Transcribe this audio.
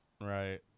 right